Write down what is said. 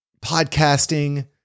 podcasting